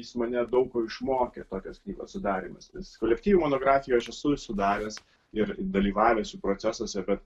jis mane daug ko išmokė tokios knygos sudarymas nes kolektyvinių monografijų aš esu sudaręs ir dalyvavęs jų procesuose bet